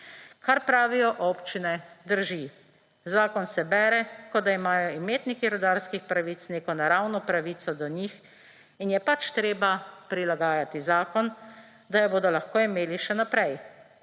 Kar pravijo občine, drži – zakon se bere, kot da imajo imetniki rudarskih pravic neko naravno pravico do njih, in je pač treba prilagajati zakon, da jo bodo lahko imeli še naprej.